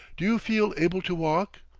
do you feel able to walk?